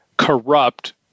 corrupt